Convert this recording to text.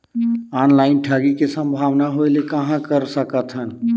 Online ठगी के संभावना होय ले कहां कर सकथन?